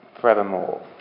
forevermore